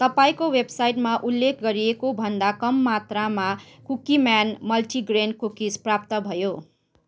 तपाईँको वेबसाइटमा उल्लेख गरिएको भन्दा कम मात्रामा कुकिम्यान मल्टिग्रेन कुकिज प्राप्त भयो